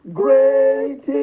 great